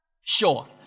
Sure